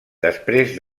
després